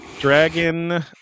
Dragon